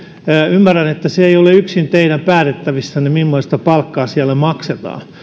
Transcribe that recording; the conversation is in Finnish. ymmärrän että se ei ole yksin teidän päätettävissänne mimmoista palkkaa siellä maksetaan